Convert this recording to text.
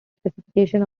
specification